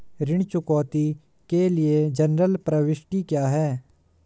ऋण चुकौती के लिए जनरल प्रविष्टि क्या है?